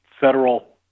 federal